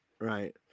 right